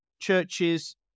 churches